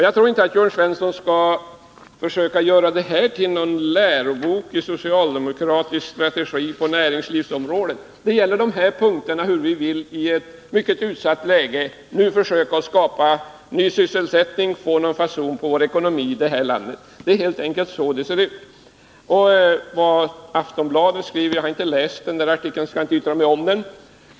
Jag tror inte Jörn Svensson skall försöka göra detta till någon lärobok i socialdemokratisk strategi på näringslivsområdet. Detta gäller bara hur vi på de här punkterna, i ett mycket utsatt läge, vill försöka skapa ny sysselsättning och få någon fason på ekonomin i det här landet. Det är helt enkelt så det ser ut. Jag har inte läst artikeln i Aftonbladet, så jag kan inte yttra mig om den.